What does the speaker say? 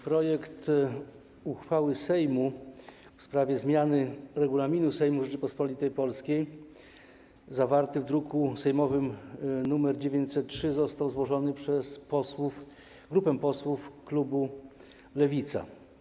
Projekt uchwały Sejmu w sprawie zmiany Regulaminu Sejmu Rzeczypospolitej Polskiej, zawarty w druku sejmowym nr 903, został złożony przez grupę posłów klubu Lewica.